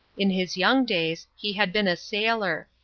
in his young days he had been a sailor,